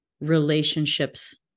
Relationships